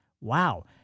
Wow